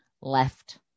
left